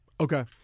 Okay